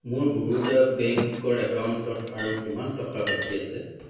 মোৰ বৰোদা বেংকৰ একাউণ্টত আৰু কিমান টকা বাকী আছে